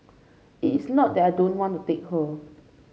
it's not that I don't want to take her